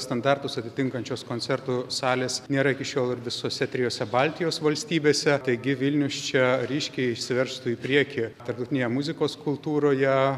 standartus atitinkančios koncertų salės nėra iki šiol ir visose trijose baltijos valstybėse taigi vilnius čia ryškiai išsiveržtų į priekį tarptautinėje muzikos kultūroje